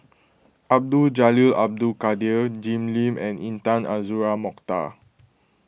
Abdul Jalil Abdul Kadir Jim Lim and Intan Azura Mokhtar